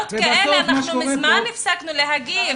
אתה יודע שלאמירות כאלה אנחנו מזמן הפסקנו להגיב,